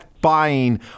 buying